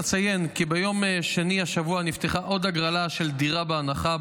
אציין כי ביום שני השבוע נפתחה עוד הגרלה של דירה בהנחה,